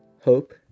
hope